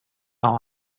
all